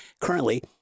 currently